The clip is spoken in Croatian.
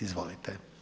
Izvolite.